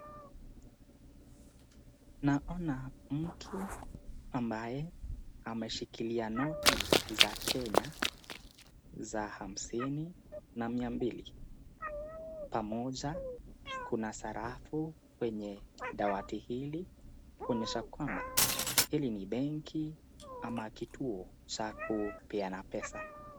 Naona mtu ambaye ameshikilia noti za Kenya, za hamsini na mia mbili pamoja kuna sarafu kwenye dawati hili kuonyesha kwamba hili ni benki ama kituo cha kupeana pesa.